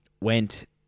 went